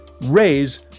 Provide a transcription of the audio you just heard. raise